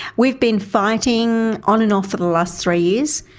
we've been fighting on and off for the last three years.